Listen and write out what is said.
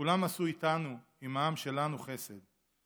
כולם עשו איתנו, עם העם שלנו, חסד.